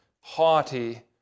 haughty